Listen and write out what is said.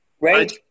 Right